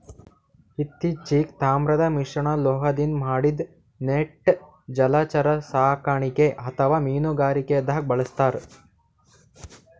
ಇತ್ತಿಚೀಗ್ ತಾಮ್ರದ್ ಮಿಶ್ರಲೋಹದಿಂದ್ ಮಾಡಿದ್ದ್ ನೆಟ್ ಜಲಚರ ಸಾಕಣೆಗ್ ಅಥವಾ ಮೀನುಗಾರಿಕೆದಾಗ್ ಬಳಸ್ತಾರ್